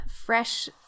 fresh